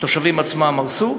התושבים עצמם הרסו,